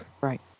Right